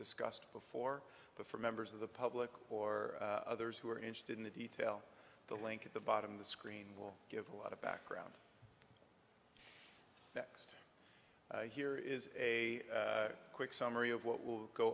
discussed before but for members of the public or others who are interested in the detail the link at the bottom of the screen will give a lot of background here is a quick summary of what will go